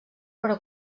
però